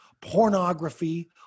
pornography